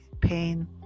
pain